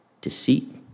deceit